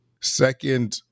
Second